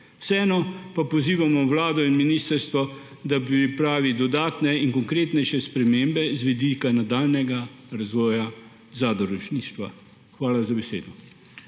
Vseeno pa pozivamo Vlado in ministrstvo, da pripravita dodatne in konkretnejše spremembe z vidika nadaljnjega razvoja zadružništva. Hvala za besedo.